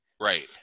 Right